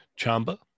Chamba